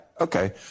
okay